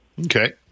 Okay